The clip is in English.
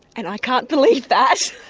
and i can't believe that!